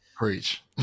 Preach